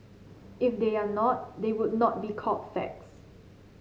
if they are not they would not be called facts